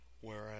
whereas